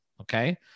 okay